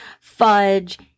fudge